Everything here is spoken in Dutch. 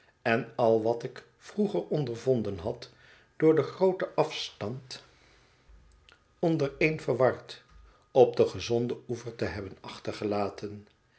en al wat ik vroeger ondervonden had door den grooten afstand ondereen verward op den gezonden oever te hebben achtergelaten